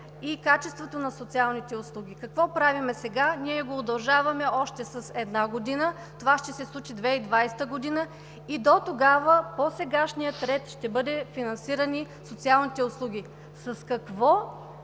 и качеството на социалните услуги. Какво правим сега? Ние го удължаваме с още една година, това ще се случи 2020 г. Дотогава по сегашния ред ще бъдат финансирани социалните услуги. С какво